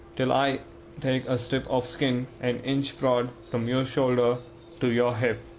till i take a strip of skin an inch broad from your shoulder to your hip.